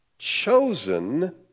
Chosen